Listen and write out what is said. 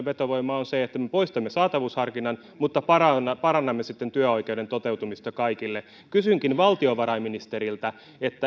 vetovoimaa on se että me poistamme saatavuusharkinnan mutta parannamme parannamme sitten työoikeuden toteutumista kaikille kysynkin valtiovarainministeriltä